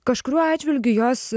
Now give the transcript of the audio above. kažkuriuo atžvilgiu jos